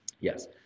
Yes